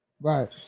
right